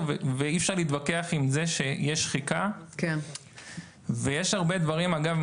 ואי אפשר להתווכח עם זה שיש שחיקה ויש הרבה דברים אגב,